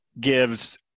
gives